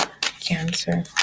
Cancer